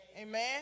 Amen